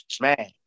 Man